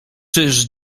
czyż